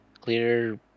clear